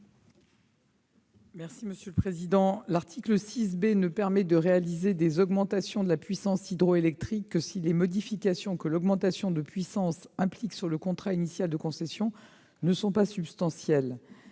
du Gouvernement ? L'article 6 B ne permet de réaliser des augmentations de la puissance hydroélectrique que si les modifications que l'augmentation de puissance implique sur le contrat initial de concessions ne sont pas substantielles.